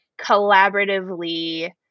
collaboratively